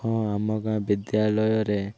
ହଁ ଆମ ଗାଁ ବିଦ୍ୟାଳୟରେ